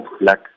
black